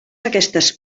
aquestes